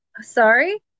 Sorry